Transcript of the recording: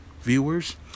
viewers